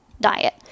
diet